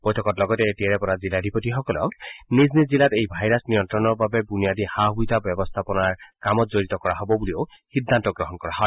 বৈঠকত লগতে এতিয়াৰে পৰা জিলাধিপতিসকলক নিজ নিজ জিলাত এই ভাইৰাছৰ নিয়ন্নণৰ বাবে বুনিয়াদী সা সুবিধা ব্যৱস্থাপনাৰ কামত জড়িত কৰা হ'ব বুলিও সিদ্ধান্ত গ্ৰহণ কৰা হয়